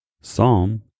psalm